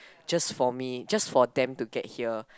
just for me just for them to get here